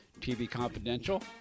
tvconfidential